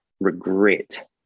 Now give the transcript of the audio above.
regret